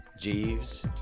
Jeeves